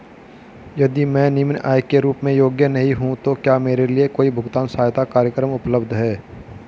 यदि मैं निम्न आय के रूप में योग्य नहीं हूँ तो क्या मेरे लिए कोई भुगतान सहायता कार्यक्रम उपलब्ध है?